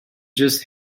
just